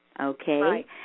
okay